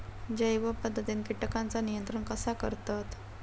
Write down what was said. जैव पध्दतीत किटकांचा नियंत्रण कसा करतत?